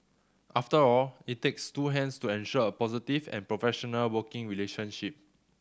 after all it takes two hands to ensure a positive and professional working relationship